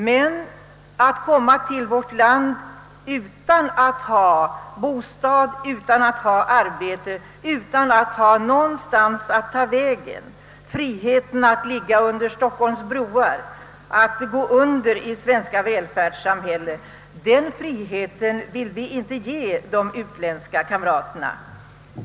Men att komma till vårt land utan att ha bostad, utan att ha arbete, med andra ord utan att ha någonstans att ta vägen, kan verkligen inte vara eftersträvansvärt. Friheten att ligga under Stockholms broar, att gå under i det svenska välfärdssamhället — den friheten vill vi inte ge de utländska kamraterna.